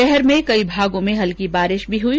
शहर के कई भागों में हल्की बारिश भी हुई